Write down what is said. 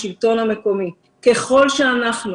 השלטון המקומי: ככול שאנחנו,